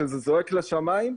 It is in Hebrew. ושזה זועק לשמים.